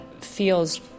feels